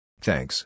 Thanks